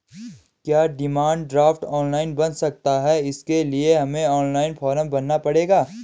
क्या demand draft online बन सकता है इसके लिए हमें ऑनलाइन फॉर्म भरना पड़ेगा?